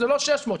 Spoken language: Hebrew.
זה לא 600 אנשים.